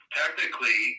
technically